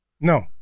No